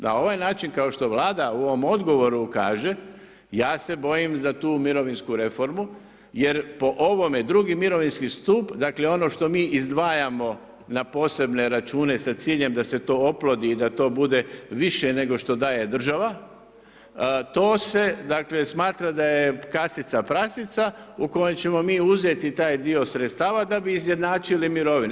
Na ovaj način kao što Vlada u ovom odgovoru kaže, ja se bojim za tu mirovinsku reformu jer po ovome drugi mirovinski stup, dakle, ono što mi izdvajamo na posebne račune sa ciljem da se to oplodi i da to bude više nego što daje država, to se smatra da je kasica prasica u kojoj ćemo mi uzeti taj dio sredstava da bi izjednačili mirovine.